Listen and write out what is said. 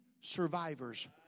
survivors